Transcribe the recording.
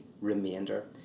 remainder